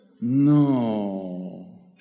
No